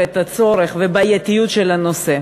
את הצורך ואת הבעייתיות של הנושא.